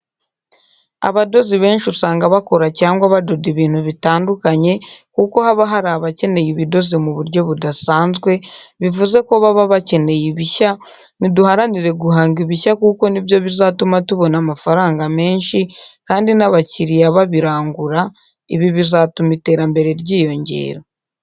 Abadozi benshi usanga bakora cyangwa badoda ibintu bitandukanye kuko haba hari abakeneye ibidoze mu buryo budasanzwe, bivuze ko baba bakeneye ibishya, ni duharanire guhanga ibishya kuko ni byo bizatuma tubona amafaranga menshi kandi n'abakiliya babirangura, ibi bizatuma iterambere ryiyongera.